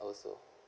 also